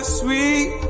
sweet